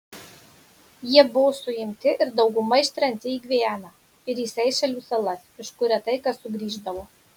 jie buvo suimti ir dauguma ištremti į gvianą ir į seišelių salas iš kur retai kas sugrįždavo